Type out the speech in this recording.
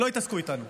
שלא יתעסקו איתנו.